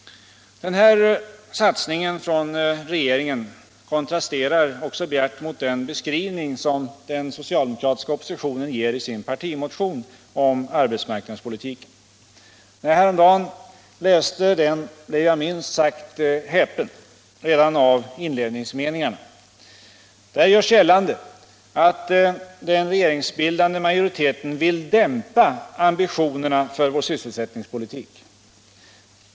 Den här satsningen av regeringen kontrasterar också bjärt mot den beskrivning av sysselsättningsläget som den socialdemokratiska oppositionen ger i sin partimotion om arbetsmarknadspolitiken. När jag häromdagen läste den blev jag minst sagt häpen redan av inledningsmeningarna. Där görs gällande att den regeringsbildande majoriteten vill dämpa ambitionerna för vår sysselsättningspolitik.